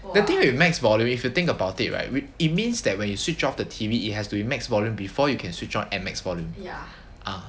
the thing with max volume if you think about it right when it means that when you switch off the T_V it has to be max volume before you can switch on at max volume ah